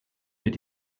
wird